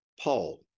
Paul